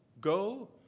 Go